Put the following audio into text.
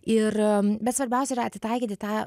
ir bet svarbiausia yra atitaikyti tą